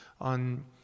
on